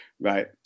right